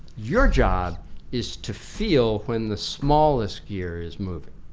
your job is to feel when the smallest gear is moving.